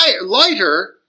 lighter